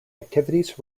activities